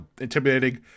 intimidating